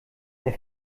der